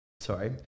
sorry